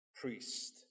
priest